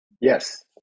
Yes